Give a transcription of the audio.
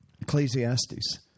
Ecclesiastes